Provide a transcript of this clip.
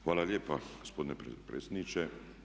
Hvala lijepa gospodine predsjedniče.